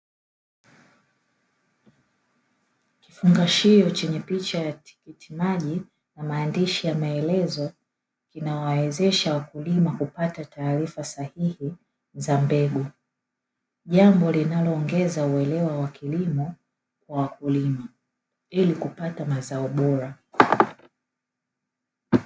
Kifungashio chenye picha ya tikiti maji na maandishi ya maelezo, inayowawezesha wakulima kupata taarifa sahihi za mbegu, jambo linaloongeza uelewa wa kilimo kwa wakulima ili kupata mazao bora.